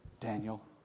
Daniel